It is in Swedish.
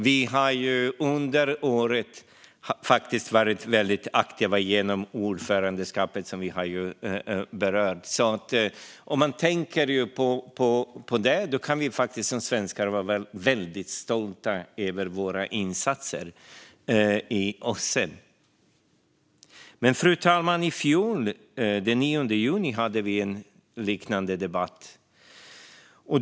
Vi har under året varit väldigt aktiva genom ordförandeskapet, vilket har berörts, och kan som svenskar vara väldigt stolta över våra insatser i OSSE. Fru talman! Den 9 juni i fjol hade vi en liknande debatt.